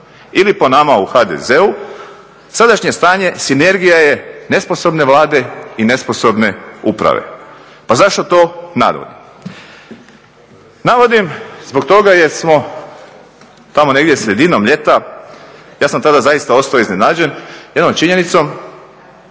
ili po nama u HDZ-u sadašnje stanje sinergija je nesposobne Vlade i nesposobne uprave. Pa zašto to navodim? Navodim zbog toga jer smo tamo negdje sredinom ljeta, ja sam tada zaista ostao iznenađen jednom činjenicom